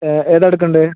ഏതാ എടുക്കണ്ടത്